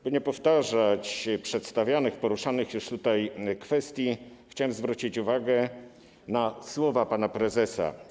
By nie powtarzać przedstawianych, poruszanych już tutaj kwestii, chciałem zwrócić uwagę na słowa pana prezesa.